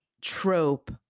trope